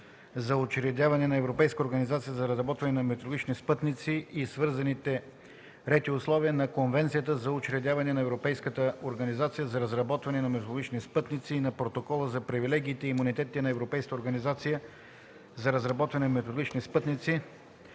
за учредяването на Европейската организация за разработване на метеорологични спътници и свързаните ред и условия, на Конвенцията за учредяване на Европейската организация за разработване на метеорологични спътници и на Протокола за привилегиите и имунитетите на Европейската организация за разработване на метеорологични спътници